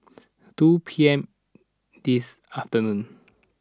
two P M this afternoon